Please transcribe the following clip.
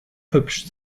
hübsch